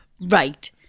right